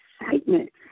excitement